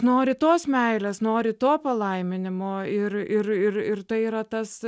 nori tos meilės nori to palaiminimo ir ir ir ir tai yra tas